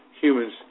humans